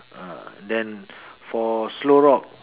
ah then for slow rock